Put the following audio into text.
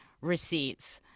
receipts